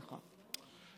נכון.